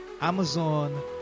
Amazon